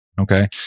Okay